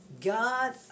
God